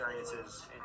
experiences